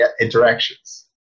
interactions